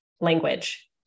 language